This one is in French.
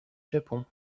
japon